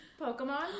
Pokemon